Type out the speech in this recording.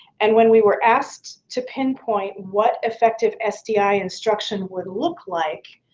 and when we were asked to pinpoint what effective sdi instruction would look like,